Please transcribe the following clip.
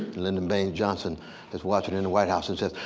lynda bird johnson is watching in the white house and says,